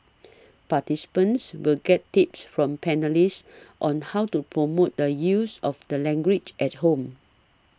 participants will get tips from panellists on how to promote the use of the language at home